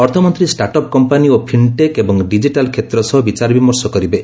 ଅର୍ଥମନ୍ତ୍ରୀ startup company ଓ fintech ଏବଂ ଡିଜିଟାଲ୍ କ୍ଷେତ୍ର ସହ ବିଚାର ବିମର୍ଶ କରିବେ